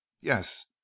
yes